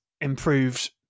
improved